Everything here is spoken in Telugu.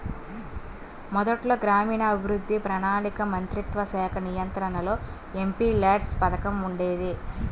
మొదట్లో గ్రామీణాభివృద్ధి, ప్రణాళికా మంత్రిత్వశాఖ నియంత్రణలో ఎంపీల్యాడ్స్ పథకం ఉండేది